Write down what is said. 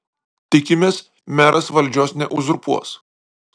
tikimės meras valdžios neuzurpuos